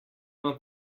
vam